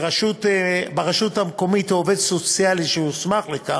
ברשות המקומית, או עובד סוציאלי שהוסמך לכך,